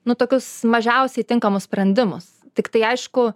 nu tokius mažiausiai tinkamus sprendimus tiktai aišku